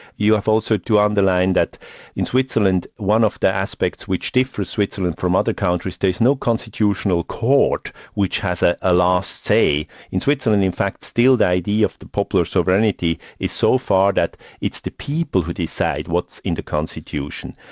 you have also to underline that in switzerland one of the aspects which did for switzerland from other countries, there's no constitutional court which has a ah last say. in switzerland in fact, still the idea of the popular sovereignty is so far that it's the people who decide what's in the constitution,